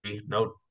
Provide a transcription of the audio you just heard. no